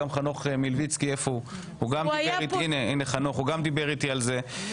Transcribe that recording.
גם חנוך מלביצקי דיבר איתי על זה.